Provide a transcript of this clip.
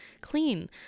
clean